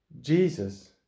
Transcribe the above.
Jesus